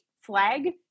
flag